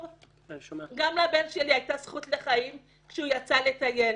גם לבן שלי הייתה זכות לחיים כשהוא יצא לטייל.